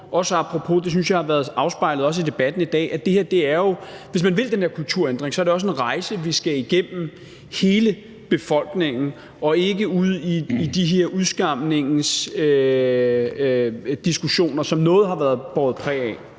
også apropos det, som jeg synes har været afspejlet i debatten i dag – at hvis man vil den her kulturændring, er det også en rejse, vi skal igennem, hele befolkningen, og vi skal ikke ud i de her udskamningsdiskussioner, som noget har båret præg af.